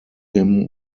him